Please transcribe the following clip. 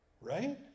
right